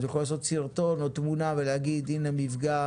הוא יכול לעשות סרטון או תמונה ולדווח על מפגע,